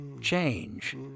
change